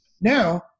Now